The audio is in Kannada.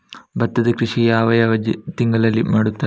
ಭತ್ತದ ಕೃಷಿ ಯಾವ ಯಾವ ತಿಂಗಳಿನಲ್ಲಿ ಮಾಡುತ್ತಾರೆ?